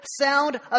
sound